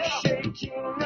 Shaking